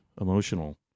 emotional